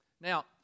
Now